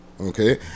Okay